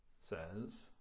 says